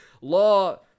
law